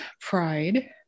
Pride